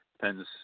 Depends